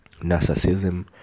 narcissism